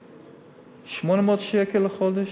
מ-800 שקל לחודש,